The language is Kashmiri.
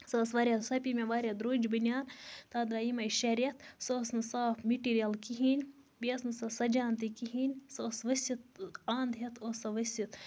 سۄ ٲسۍ واریاہ سۄ پیٚیہِ مےٚ واریاہ درٛۅج بنیٛان تَتھ درٛاے یِمَے شیٚے ریٚتھ سۅ اوس نہٕ صاف میٹیٖریَل کِہیٖںٛۍ بیٚیہِ ٲسۍ نہٕ سۄ سَجان تہِ کِہیٖنٛۍ سۄ ٲسۍ ؤسِتھ اَنٛد ہیٚتھ ٲسۍ سۄ ؤسِتھ